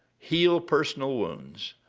heal personal wounds,